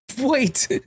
wait